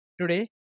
Today